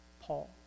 Paul